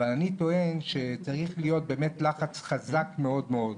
אבל אני טוען שצריך להיות באמת לחץ חזק מאוד מאוד,